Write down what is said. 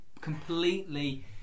completely